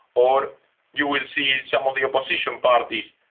or you will see some of the opposition parties,